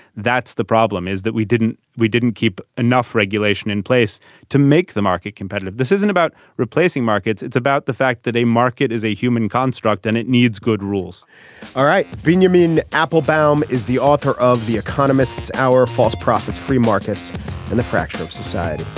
that's the problem is that we didn't we didn't keep enough regulation in place to make the market competitive. this isn't about replacing markets. it's about the fact that a market is a human construct and it needs good rules all right binyamin appelbaum is the author of the economists our false prophets free markets and the fracture of society.